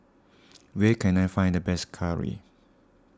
where can I find the best Curry